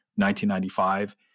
1995